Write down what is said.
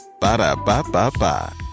Ba-da-ba-ba-ba